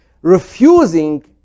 refusing